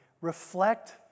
Reflect